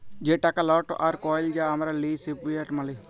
যে টাকা লট আর কইল যা আমরা লিই সেট ফিয়াট মালি